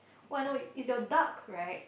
oh I know is your duck right